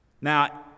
Now